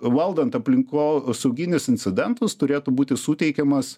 valdant aplinkosauginius incidentus turėtų būti suteikiamas